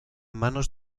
manos